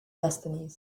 destinies